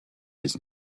his